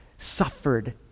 Suffered